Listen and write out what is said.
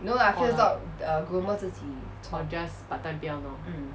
or like orh just part-time 不要弄